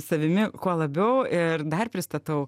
savimi kuo labiau ir dar pristatau